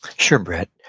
sure, brett.